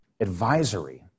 Advisory